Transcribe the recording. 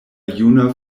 juna